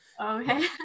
okay